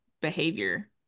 behavior